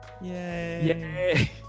yay